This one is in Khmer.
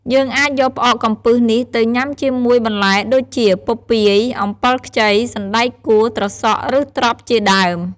យើងអាចយកផ្អកកំពឹសនេះទៅញុំាជាមួយបន្លែដូចជា ពពាយ អំបិលខ្ចី សណ្ដែកកួរ ត្រសក់ ឬ ត្រប់ជាដើម។